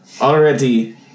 already